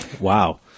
Wow